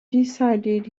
decided